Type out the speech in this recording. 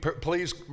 please